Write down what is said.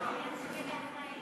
(תיקון מס' 68), התשע"ד 2014, נתקבל.